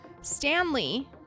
Stanley